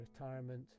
retirement